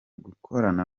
gukorana